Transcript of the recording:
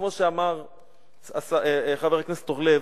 כמו שאמר חבר הכנסת אורלב,